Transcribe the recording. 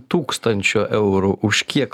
tūkstančio eurų už kiek